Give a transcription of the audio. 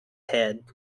head